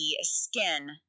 skin